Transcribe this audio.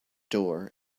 door